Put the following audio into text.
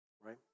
right